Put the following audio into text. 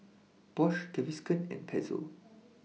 Bosch Gaviscon and Pezzo